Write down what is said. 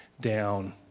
down